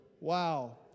Wow